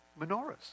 menorahs